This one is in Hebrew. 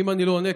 אם אני לא עונה,